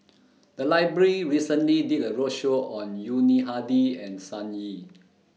The Library recently did A roadshow on Yuni Hadi and Sun Yee